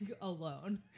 alone